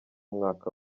mwaka